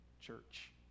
church